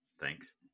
Thanks